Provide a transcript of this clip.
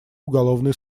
уголовный